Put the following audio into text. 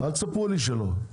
אל תספרו לי שלא.